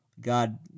God